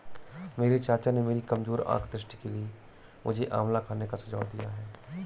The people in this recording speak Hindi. मेरे चाचा ने मेरी कमजोर आंख दृष्टि के लिए मुझे आंवला खाने का सुझाव दिया है